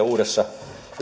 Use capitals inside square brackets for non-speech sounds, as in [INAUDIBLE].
[UNINTELLIGIBLE] uudessa